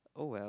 oh well